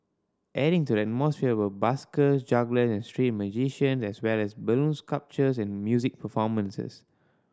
adding to the atmosphere were busker juggler and street magician as well as balloon sculptures and music performances